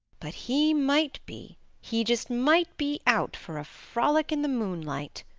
but he might be, he just might be out for a frolic in the moonlight.